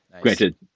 Granted